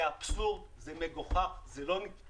זה אבסורד, זה מגוחך, זה לא נתפס.